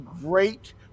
great